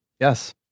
Yes